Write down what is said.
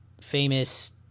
famous